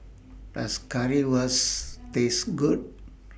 Does Currywurst Taste Good